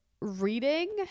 reading